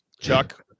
Chuck